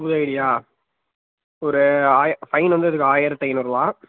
புது ஐடியா ஒரு ஆய ஃபைன் வந்து இதுக்கு ஆயிரத்தி ஐந்நூறுரூவா